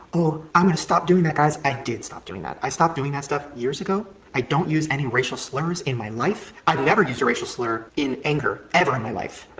oh, i'm gonna stop doing that, guys, i did stop doing that. i stopped doing that stuff years ago. i don't use any racial slurs in my life, i've never used a racial slur in anger ever in my life.